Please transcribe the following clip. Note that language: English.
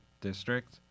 district